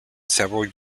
several